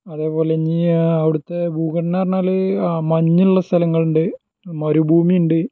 അതേപോലെ ഇഞ്ഞി അഔട്ത്തെ ഭൂഘണ്ഡന്ന് പറഞ്ഞാൽ മഞ്ഞുള്ള സ്ഥലങ്ങളുണ്ട് മരുഭൂമിയുണ്ട്